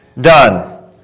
done